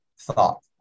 thought